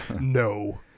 No